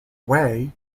way